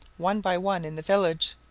one by one, in the village,